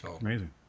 Amazing